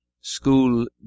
school